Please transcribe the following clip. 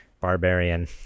barbarian